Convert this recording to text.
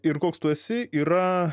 ir koks tu esi yra